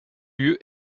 lieu